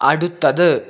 അടുത്തത്